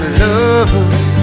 lovers